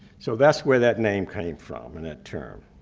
so that's where that name came from and that term.